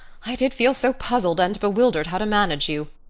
i did feel so puzzled and bewildered how to manage you.